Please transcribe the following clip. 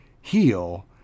heal